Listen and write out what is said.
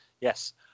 Yes